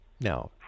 Now